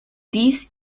these